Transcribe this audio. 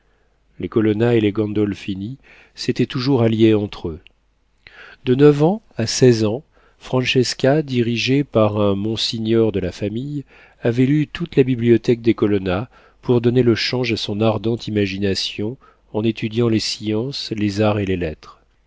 les colonna et les gandolphini s'étaient toujours alliés entre eux de neuf à seize ans francesca dirigée par un monsignore de la famille avait lu toute la bibliothèque des colonna pour donner le change à son ardente imagination en étudiant les sciences les arts et les lettres